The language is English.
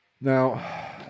Now